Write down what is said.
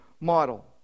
model